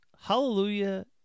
Hallelujah